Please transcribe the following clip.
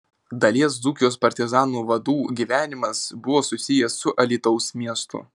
dalies dzūkijos partizanų vadų gyvenimas buvo susijęs su alytaus miestu